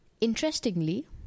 Interestingly